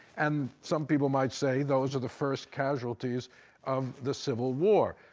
and some people might say those are the first casualties of the civil war.